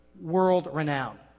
world-renowned